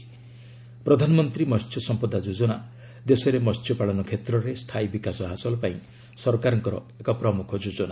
ପ୍ରଧାନମନ୍ତ୍ରୀ ମହ୍ୟ ସମ୍ପଦା ଯୋଜନା ଦେଶରେ ମହ୍ୟପାଳନ କ୍ଷେତ୍ରରେ ସ୍ଥାୟୀ ବିକାଶ ହାସଲ ପାଇଁ ସରକାରଙ୍କର ଏକ ପ୍ରମ୍ରଖ ଯୋଜନା